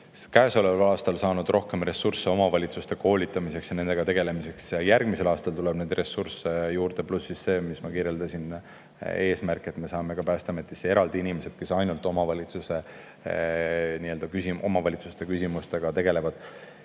käesoleval aastal saanud rohkem ressursse omavalitsuste koolitamiseks ja nendega tegelemiseks ning järgmisel aastal tuleb neid ressursse juurde, pluss see, mida ma kirjeldasin, eesmärk, et me saame Päästeametisse eraldi inimesed, kes ainult omavalitsuste küsimustega tegelevad.